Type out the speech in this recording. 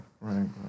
right